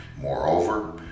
moreover